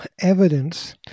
evidence